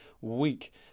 week